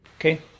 Okay